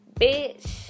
Bitch